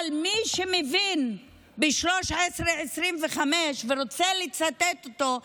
אבל מי שמבין ב-1325 ורוצה לצטט אותה,